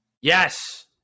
Yes